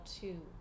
two